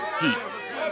Peace